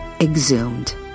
Exhumed